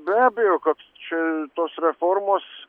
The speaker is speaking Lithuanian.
be abejo koks čia tos reformos